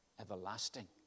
everlasting